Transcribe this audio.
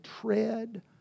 tread